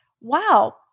wow